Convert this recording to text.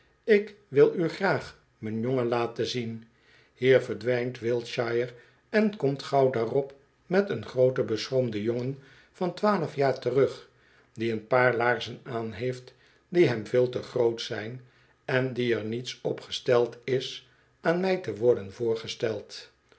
ik wil u graag m'n jongen laten zien hier verdwijnt wiltshire en komt gauw daarop met een grooten beschroomden jongen van twaalf jaar terug die een paar laarzen aanheeft die hem veel te groot zyn en die er niets op gesteld is aan mij te worden voorgesteld